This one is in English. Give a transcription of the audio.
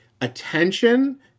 attention